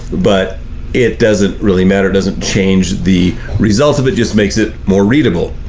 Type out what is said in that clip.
but it doesn't really matter, doesn't change the results of it, just makes it more readable.